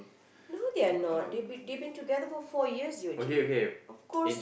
no they are not they been they been together for four years Yuji of course